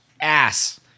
ass